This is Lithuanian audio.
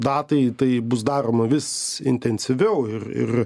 datai tai bus daroma vis intensyviau ir ir